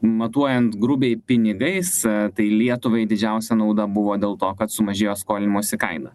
matuojant grubiai pinigais tai lietuvai didžiausia nauda buvo dėl to kad sumažėjo skolinimosi kaina